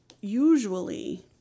usually